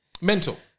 Mental